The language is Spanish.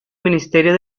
ministerio